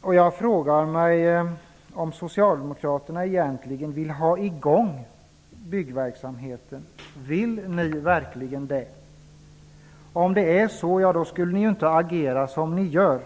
Och jag frågar mig om socialdemokraterna egentligen vill ha i gång byggverksamheten. Vill ni verkligen det? Om det är så skulle ni inte agera som ni gör.